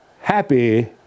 happy